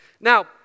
Now